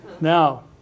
Now